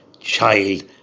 child